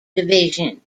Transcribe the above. division